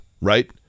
right